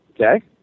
Okay